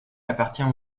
appartient